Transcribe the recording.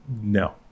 No